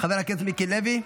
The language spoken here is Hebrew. חבר הכנסת מיקי לוי,